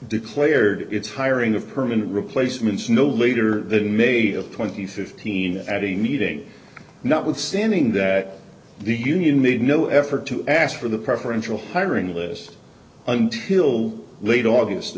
declared its hiring of permanent replacements no later than may of twenty fifteen having meeting notwithstanding that the union made no effort to ask for the preferential hiring list until late august